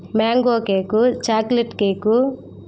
mango cake chocolate cake